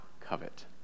covet